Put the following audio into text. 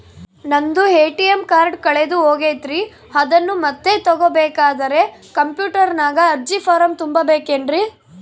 ನಂದು ATM card ಕಳೆದು ಹೋಗೈತ್ರಿ ಅದನ್ನು ಮತ್ತೆ ತಗೋಬೇಕಾದರೆ ಕಂಪ್ಯೂಟರ್ ನಾಗ ಅರ್ಜಿ ಫಾರಂ ತುಂಬಬೇಕನ್ರಿ?